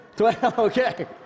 okay